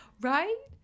Right